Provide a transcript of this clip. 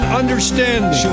understanding